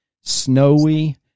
snowy